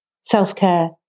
self-care